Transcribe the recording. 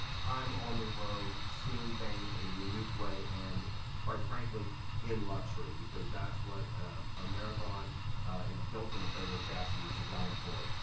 time on the road, seeing things in a unique way, and quite frankly in luxury, because that's what a marathon built on the prevost chassis is designed for.